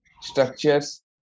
structures